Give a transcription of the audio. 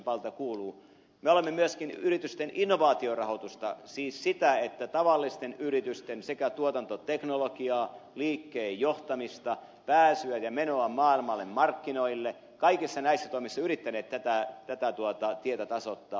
me olemme myöskin yritysten innovaatiorahoitusta parantaneet siis tavallisten yritysten sekä tuotantoteknologiassa liikkeenjohtamisessa että pääsyssä ja menossa maailmalle markkinoille kaikissa näissä toimissa yrittäneet tätä tietä tasoittaa